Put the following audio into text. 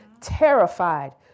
terrified